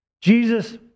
Jesus